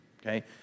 okay